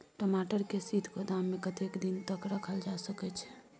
टमाटर के शीत गोदाम में कतेक दिन तक रखल जा सकय छैय?